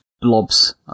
blobs